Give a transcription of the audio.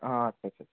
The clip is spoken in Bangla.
আচ্ছা আচ্ছা আচ্ছা